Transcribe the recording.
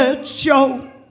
show